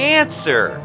answer